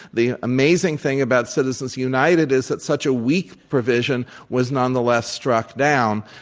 the amazing thing about citizens united is that such a weak provision was nonetheless struck down.